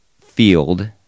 field